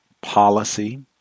policy